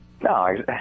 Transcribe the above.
No